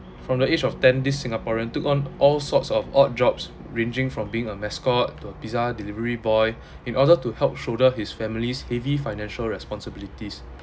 from the age of ten this singaporean took on all sorts of odd jobs ranging from being a mascot to a pizza delivery boy in order to help shoulder his family's heavy financial responsibilities